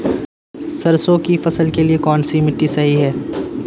सरसों की फसल के लिए कौनसी मिट्टी सही हैं?